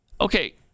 Okay